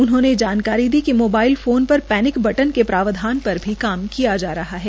उन्होंने जानकारी दी कि मोबाइल पर पैनिक बटन के प्रावधान पर भी काम किया जा रहा है